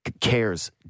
Cares